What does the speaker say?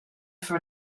for